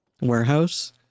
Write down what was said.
warehouse